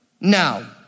Now